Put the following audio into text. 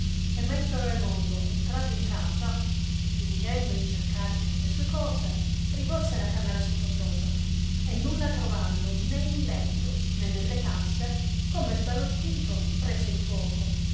e maestro raimondo entrato in casa fìngendo di cercare certe sue cose rivolse la camera sottosopra e nulla trovando né in letto né nelle casse come sbalordito prese il fuoco